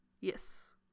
Yes